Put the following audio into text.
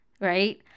right